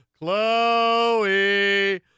Chloe